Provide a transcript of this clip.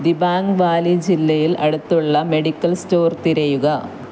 Dibang valley ജില്ലയിൽ അടുത്തുള്ള medical store തിരയുക